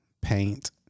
paint